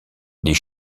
les